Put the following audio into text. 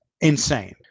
Insane